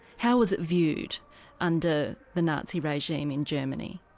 how was it viewed under the nazi regime in germany?